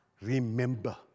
remember